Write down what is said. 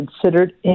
considered